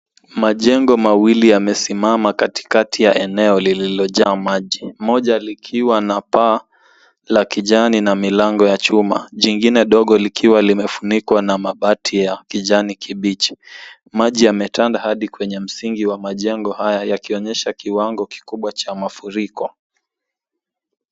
Majengo mawili yamesimama katikati ya eneo lililojaa maji, moja likiwa na paa la kijani na milango ya chuma, jingine dogo likiwa limefunikwa na mabati ya kijani kibichi. Maji yametanda hadi kwenye msingi wa majengo haya yakionyesha kiwango kikubwa cha mafuriko.